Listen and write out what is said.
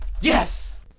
Yes